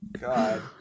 God